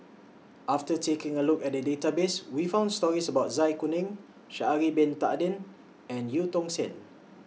after taking A Look At The Database We found stories about Zai Kuning Sha'Ari Bin Tadin and EU Tong Sen